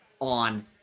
on